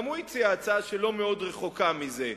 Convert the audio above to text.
גם הוא הציע הצעה לא מאוד רחוקה מזה,